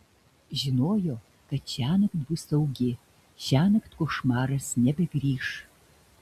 žinojo kad šiąnakt bus saugi šiąnakt košmaras nebegrįš